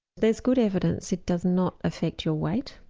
there's good evidence it does not affect your weight.